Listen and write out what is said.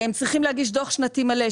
הם צריכים להגיש דו"ח שנתי מלא,